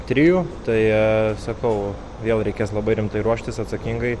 trijų tai sakau vėl reikės labai rimtai ruoštis atsakingai